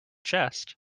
chest